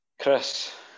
Chris